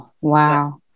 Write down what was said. wow